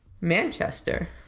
Manchester